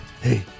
Hey